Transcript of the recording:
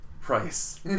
price